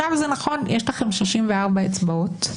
זה נכון, יש לכם 64 אצבעות,